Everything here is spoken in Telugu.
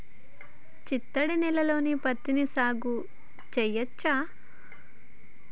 చిత్తడి నేలలో పత్తిని సాగు చేయచ్చా?